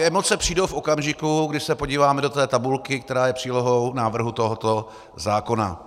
Emoce přijdou v okamžiku, když se podíváme do tabulky, která je přílohou návrhu tohoto zákona.